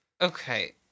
Okay